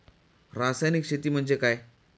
रासायनिक शेती म्हणजे काय?